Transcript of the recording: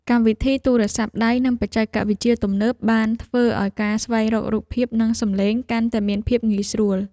កម្មវិធីទូរស័ព្ទដៃនិងបច្ចេកវិទ្យាទំនើបបានធ្វើឱ្យការស្វែងរករូបភាពនិងសំឡេងកាន់តែមានភាពងាយស្រួល។